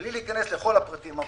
בלי להיכנס לכל הפרטים הבאים.